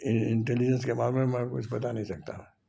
intelligence के बारे में मैं कुछ बता नहीं सकता